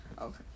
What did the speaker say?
Okay